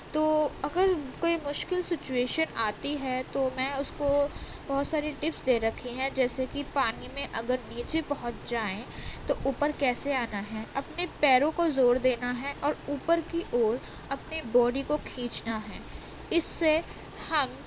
تو اگر کوئی مشکل سچویشن آتی ہے تو میں اس کو بہت ساری ٹپس دے رکھی ہیں جیسے کہ پانی میں اگر بیچ میں پہنچ جائیں تو اوپر کیسے آنا ہے اپنے پیروں کو زور دینا ہے اور اوپر کی اور اپنے باڈی کو کھینچنا ہے اس سے ہم